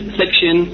section